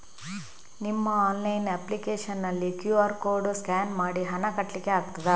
ನಿಮ್ಮ online application ನಲ್ಲಿ QR code scan ಮಾಡಿ ಹಣ ಕಟ್ಲಿಕೆ ಆಗ್ತದ?